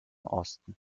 osten